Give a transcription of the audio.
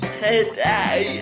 today